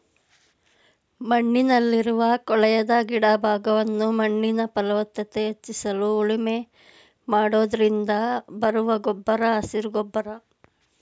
ಮಣ್ಣಲ್ಲಿರುವ ಕೊಳೆಯದ ಗಿಡ ಭಾಗವನ್ನು ಮಣ್ಣಿನ ಫಲವತ್ತತೆ ಹೆಚ್ಚಿಸಲು ಉಳುಮೆ ಮಾಡೋದ್ರಿಂದ ಬರುವ ಗೊಬ್ಬರ ಹಸಿರು ಗೊಬ್ಬರ